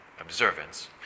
observance